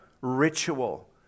ritual